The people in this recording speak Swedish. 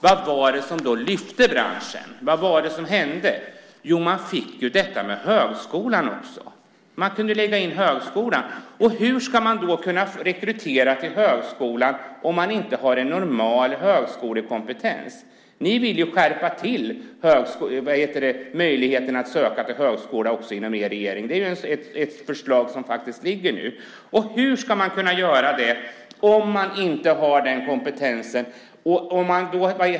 Vad var det som lyfte branschen, Maud Olofsson? Vad var det som hände? Jo, man kunde lägga in den i högskolan. Hur skulle vi kunna rekrytera till högskolan om man inte har en normal högskolekompetens? Ni i er regering vill skärpa möjligheterna att söka till högskola. Det är ett förslag som ligger nu. Hur ska man kunna göra det om man inte har den kompetensen?